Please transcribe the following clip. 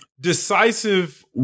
Decisive